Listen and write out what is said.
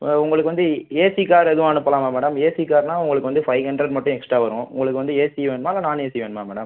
உங்களுக்கு வந்து AC car எதுவும் அனுப்பலாமா மேடம் ஏசி காருன்னால் உங்களுக்கு வந்து ஃபைவ் ஹண்ட்ரட் மட்டும் எக்ஸ்ட்டா வரும் உங்களுக்கு வந்து ஏசி வேணுமா இல்லை நான் ஏசி வேணுமா மேடம்